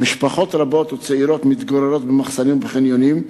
משפחות צעירות מתגוררות במחסנים ובחניונים.